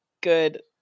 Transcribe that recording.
good